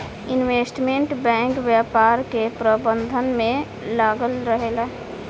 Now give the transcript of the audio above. investment bank व्यापार के प्रबंधन में लागल रहेला